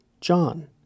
John